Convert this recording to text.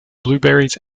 blueberries